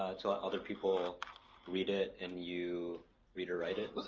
ah to let other people read it. and you read or write it.